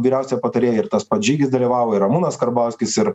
vyriausią patarėją ir tas pats žygis dalyvavo ir ramūnas karbauskis ir